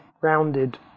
rounded